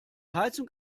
heizung